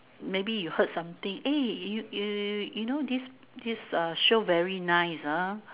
maybe you heard something eh you you you know this this uh show very nice ah